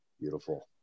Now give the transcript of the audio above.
Beautiful